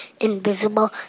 invisible